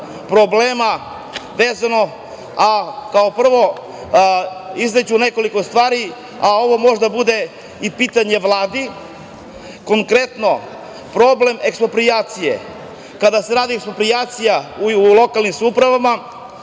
problema. Kao prvo, izneću nekoliko stvari, a ovo može da bude i pitanje Vladi. Konkretno, problem eksproprijacije. Kada se radi eksproprijacija u lokalnim samoupravama,